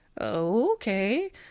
Okay